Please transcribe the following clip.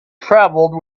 travelled